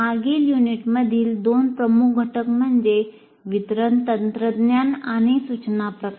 मागील युनिटमधील दोन प्रमुख घटक म्हणजे वितरण तंत्रज्ञान आणि सूचना प्रकार